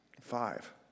Five